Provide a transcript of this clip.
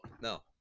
No